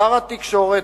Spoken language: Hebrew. שר התקשורת,